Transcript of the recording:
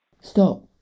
Stop